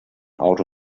auto